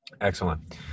Excellent